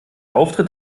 auftritt